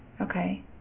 Okay